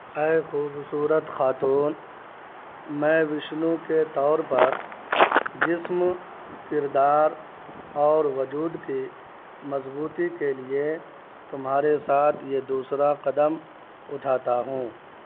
اے خوبصورت خاتون میں وشنو کے طور پر جسم کردار اور وجود کی مضبوطی کے لیے تمہارے ساتھ یہ دوسرا قدم اٹھاتا ہوں